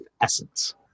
essence